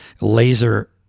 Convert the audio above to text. laser